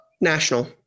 national